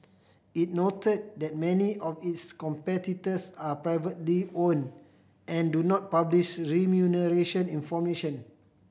it noted that many of its competitors are privately own and do not publish remuneration information